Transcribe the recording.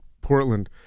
Portland